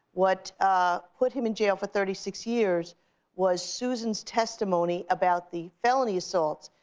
what put him in jail for thirty six years was susan's testimony about the felony assault,